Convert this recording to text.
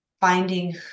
finding